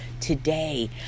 today